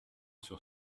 sur